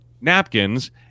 napkins